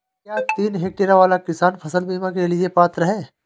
क्या तीन हेक्टेयर वाला किसान फसल बीमा के लिए पात्र हैं?